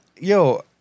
Yo